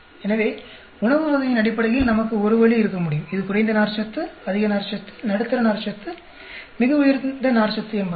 எனவே உணவு வகையின் அடிப்படையில் நமக்கு ஒரு வழி இருக்க முடியும் இது குறைந்த நார்ச்சத்து அதிக நார்ச்சத்து நடுத்தர நார்ச்சத்து மிக உயர்ந்த நார்ச்சத்து என்பதாக